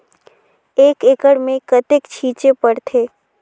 एक एकड़ मे कतेक छीचे पड़थे?